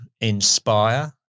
inspire